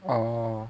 oh